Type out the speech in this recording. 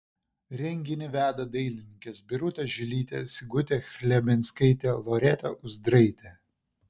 renginį veda dailininkės birutė žilytė sigutė chlebinskaitė loreta uzdraitė